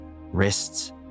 wrists